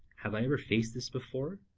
have i ever faced this before,